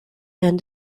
and